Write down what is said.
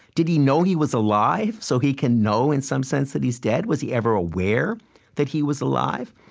did he know he was alive, so he can know, in some sense, that he's dead? was he ever aware that he was alive?